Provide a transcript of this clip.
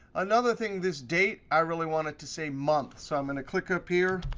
another thing, this date, i really want it to say month. so i'm going to click up here,